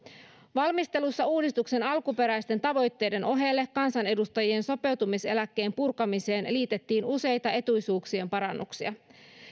valmistelussa uudistuksen alkuperäisten tavoitteiden ohelle kansanedustajien sopeutumiseläkkeen purkamiseen liitettiin useita etuisuuksien parannuksia